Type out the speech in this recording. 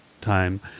time